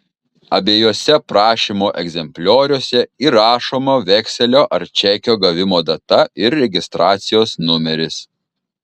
abiejuose prašymo egzemplioriuose įrašoma vekselio ar čekio gavimo data ir registracijos numeris